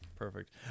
Perfect